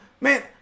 man